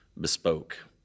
bespoke